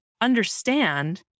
understand